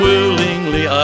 Willingly